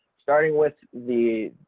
starting with the,